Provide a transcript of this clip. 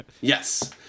Yes